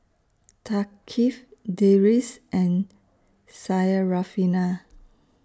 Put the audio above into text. Thaqif Deris and Syarafina